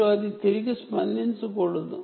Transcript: మరియు అది తిరిగి స్పందించకూడదు